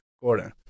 Gordon